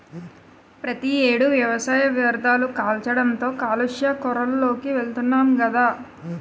ప్రతి ఏడు వ్యవసాయ వ్యర్ధాలు కాల్చడంతో కాలుష్య కోరల్లోకి వెలుతున్నాం గదా